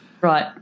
Right